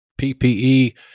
PPE